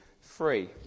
free